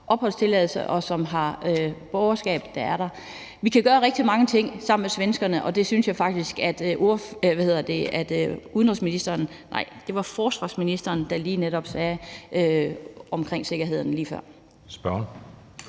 og som har statsborgerskab, der er der. Vi kan gøre rigtig mange ting sammen med svenskerne – det var forsvarsministeren, der lige netop sagde det omkring sikkerheden lige før.